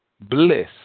bliss